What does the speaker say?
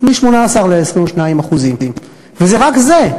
מ-18% ל-22% מ-18% ל-22%, וזה רק זה.